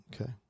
Okay